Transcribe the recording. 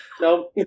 No